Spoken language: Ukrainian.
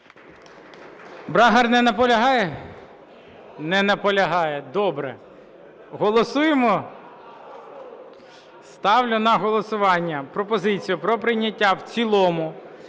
Брагар не наполягає? Не наполягає. Добре. Голосуємо? Ставлю на голосування пропозицію про прийняття в цілому